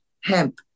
hemp